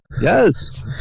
Yes